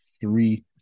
three